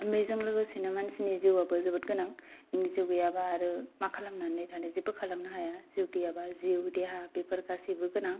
बेजों लोगोसेनो मानसिनि जिउ आबो जोबोद गोनां जिउ गैयाबा आरो मा खालामनानै थानो जेबो खालामनो हाया जिउ गैयाबा जिउ देहा बेफोर गासैबो गोनां